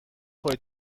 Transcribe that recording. خوری